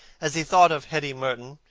as he thought of hetty merton,